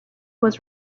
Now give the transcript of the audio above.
was